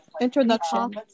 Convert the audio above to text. introduction